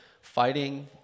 fighting